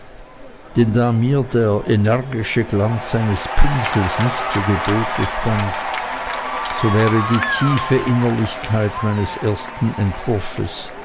da mir der energische glanz seines pinsels nicht zu gebote stand so wäre die tiefere innerlichkeit meines ersten entwurfes